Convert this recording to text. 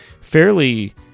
fairly